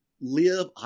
live